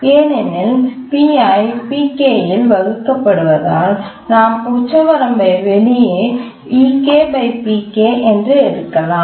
ஏனெனில் pi pk ஆல் வகுக்கப்படுவதால் நாம் உச்சவரம்பை வெளியே என்று எடுக்கலாம்